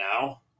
now